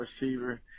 receiver